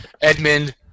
Edmund